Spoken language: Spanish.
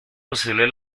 posible